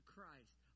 Christ